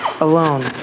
alone